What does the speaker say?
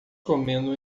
comendo